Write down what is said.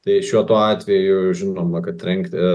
tai šituo atveju žinoma kad trenkti